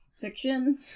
fiction